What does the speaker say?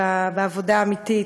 בעבודה האמיתית,